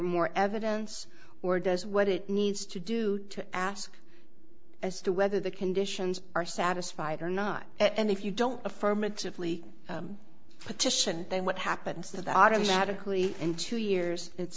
more evidence or does what it needs to do to ask as to whether the conditions are satisfied or not and if you don't affirmatively petition then what happens to the automatically in two years it's